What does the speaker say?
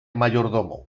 mayordomo